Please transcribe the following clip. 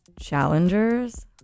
challengers